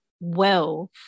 wealth